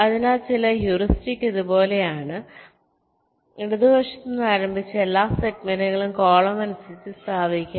അതിനാൽ ചില ഹ്യൂറിസ്റ്റിക്സ് ഇതുപോലെയാണ് ഇടതുവശത്ത് നിന്ന് ആരംഭിച്ച് എല്ലാ സെഗ്മെന്റുകളും കോളം അനുസരിച്ച് സ്ഥാപിക്കുക